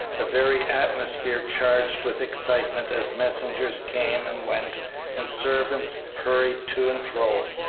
the very atmosphere charged with excitement as messengers came and went and servants hurried to and fro,